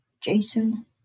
Jason